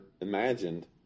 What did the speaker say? imagined